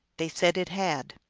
they said it had.